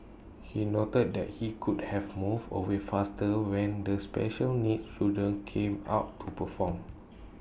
he noted that he could have moved away faster when the special needs children came out to perform